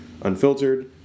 unfiltered